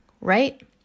right